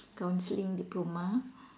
counselling diploma